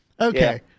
Okay